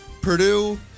Purdue